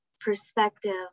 perspective